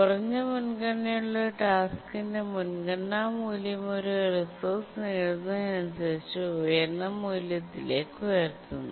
കുറഞ്ഞ മുൻഗണനയുള്ള ഒരു ടാസ്ക്കിന്റെ മുൻഗണനാ മൂല്യം ഒരു റിസോഴ്സ് നേടുന്നതിനനുസരിച്ച് ഉയർന്ന മൂല്യത്തിലേക്ക് ഉയർത്തുന്നു